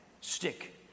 Stick